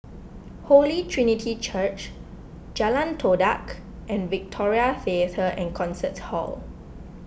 Holy Trinity Church Jalan Todak and Victoria theatre and Concert Hall